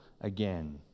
again